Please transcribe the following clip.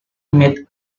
made